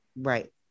right